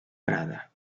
prada